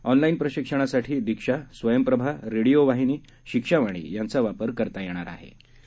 online प्रशिक्षणासाठी Diksha Swayamprabha radio वाहिनी शिक्षा वाणी यांचा वापर करता येऊ शकेल